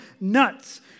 nuts